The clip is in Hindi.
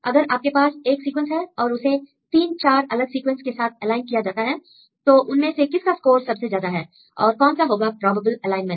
अगर आपके पास एक सीक्वेंस है और उसे 3 4 अलग सीक्वेंस के साथ एलाइन किया जाता है तो उनमें से किसका स्कोर सबसे ज्यादा है और कौन सा होगा प्रोबेबल एलाइनमेंट